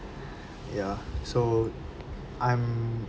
ya so I'm